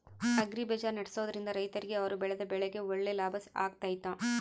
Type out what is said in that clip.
Agri ಬಜಾರ್ ನಡೆಸ್ದೊರಿಂದ ರೈತರಿಗೆ ಅವರು ಬೆಳೆದ ಬೆಳೆಗೆ ಒಳ್ಳೆ ಲಾಭ ಆಗ್ತೈತಾ?